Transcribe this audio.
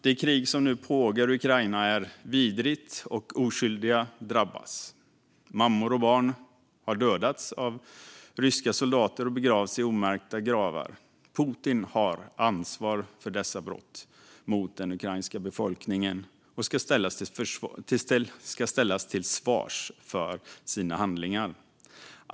Det krig som nu pågår i Ukraina är vidrigt, och oskyldiga drabbas. Mammor och barn dödas av ryska soldater och begravs i omärkta gravar. Putin har ansvar för dessa brott mot den ukrainska befolkningen och ska ställas till svars för sina handlingar.